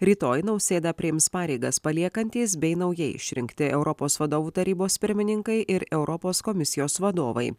rytoj nausėda priims pareigas paliekantys bei naujai išrinkti europos vadovų tarybos pirmininkai ir europos komisijos vadovai